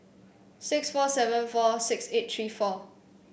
six four seven four seven eight three four